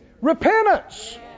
Repentance